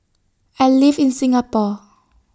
I live in Singapore